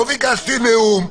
לא ביקשתי נאום.